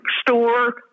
store